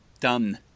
done